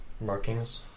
markings